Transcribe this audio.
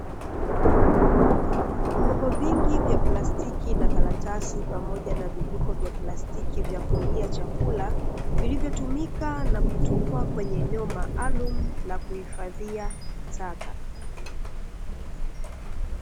Vikopo vingi vya plastiki na karatasi pamoja na vijiko vingi vya plastikii vya kulia chakula, vilivyotumika na kutupwa kwenye eneo maalumu la kuhifadhia taka.